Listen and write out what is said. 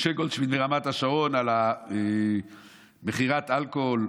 משה גולדשמידט מרמת השרון, על מכירת אלכוהול,